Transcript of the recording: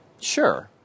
Sure